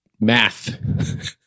math